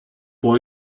pour